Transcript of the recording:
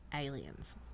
aliens